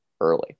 early